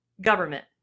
government